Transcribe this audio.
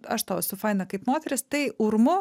aš tau esu faina kaip moteris tai urmu